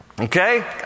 Okay